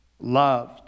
loved